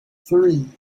three